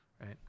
right